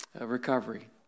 recovery